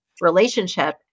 relationship